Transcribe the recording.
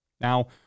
Now